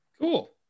cool